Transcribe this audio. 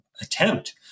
attempt